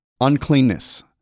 uncleanness